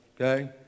okay